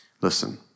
Listen